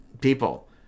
people